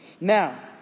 Now